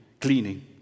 cleaning